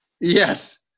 Yes